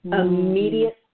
immediate